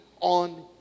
on